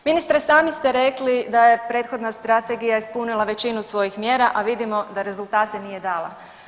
Ministre, sami ste rekli da je prethodna Strategija ispunila većinu svojih mjera, a vidimo da rezultate nije dala.